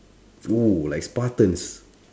!wow! like spartans